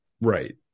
Right